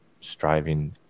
striving